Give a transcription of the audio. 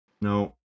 No